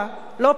לא פחות.